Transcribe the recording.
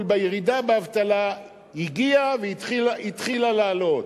בירידה באבטלה הגיעה והיא התחילה לעלות.